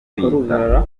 kwita